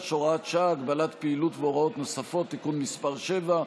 (הוראת שעה) (הגבלת פעילות והוראות נוספות) (תיקון מס' 7),